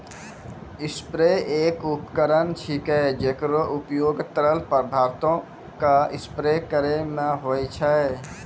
sprayer एक उपकरण छिकै, जेकरो उपयोग तरल पदार्थो क स्प्रे करै म होय छै